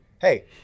hey